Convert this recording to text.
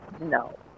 No